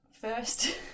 first